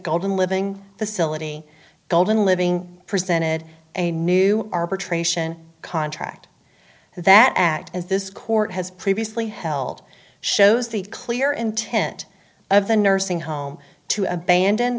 golden living facility golden living presented a new arbitration contract that act as this court has previously held shows the clear intent of the nursing home to abandon